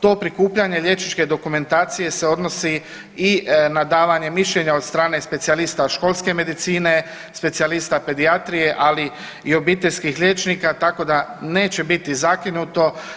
To prikupljanje liječničke dokumentacije se odnosi i na davanje mišljenja od strane specijalista školske medicine, specijalista pedijatrije, ali i obiteljskih liječnika tako da neće biti zakinuto.